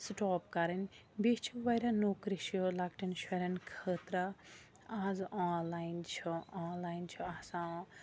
stop کَرٕنۍ بیٚیہِ چھِ واریاہ نوکری چھِ لَکٹٮ۪ن شُرین خٲطرٕ آز آنلاین چھُ آنلاین چھُ آسان